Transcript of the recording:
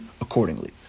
accordingly